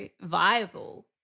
viable